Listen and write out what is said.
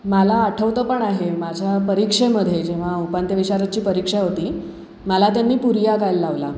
मला आठवतं पण आहे माझ्या परीक्षेमध्ये जेव्हा उपांत्य विशारदची परीक्षा होती मला त्यांनी पूरिया गायला लावला